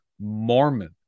mormon